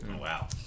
Wow